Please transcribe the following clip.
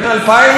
מה לעשות,